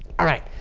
all right.